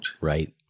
Right